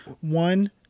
one